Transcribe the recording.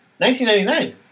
1999